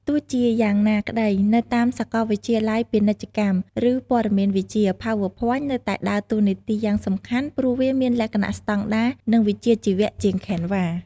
ទោះជាយ៉ាងណាក្ដី នៅតាមសកលវិទ្យាល័យពាណិជ្ជកម្ម ឬព័ត៌មានវិទ្យា PowerPoint នៅតែដើរតួនាទីយ៉ាងសំខាន់ ព្រោះវាមានលក្ខណៈស្ដង់ដារ និងវិជ្ជាជីវៈជាង Canva។